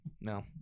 no